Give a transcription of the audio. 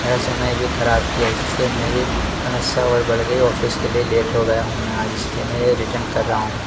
ऐसे मैं भी खराब किया इससे मेरी समस्या और बढ़ गई ऑफिस के लिए लेट हो गया हूँ मैं आज इसलिए मैं यह रिटर्न कर रहा हूँ